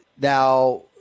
Now